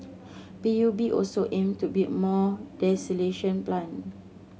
P U B also aim to build more desalination plant